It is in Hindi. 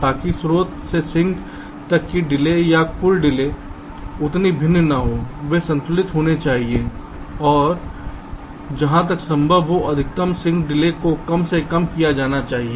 ताकि स्रोत से सिंक तक की डिले या कुल डिले उतनी भिन्न न हो वे संतुलित होना चाहिए और जहां तक संभव हो अधिकतम सिंक डिले को कम से कम किया जाना चाहिए